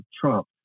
Trump